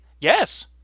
Yes